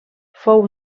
fou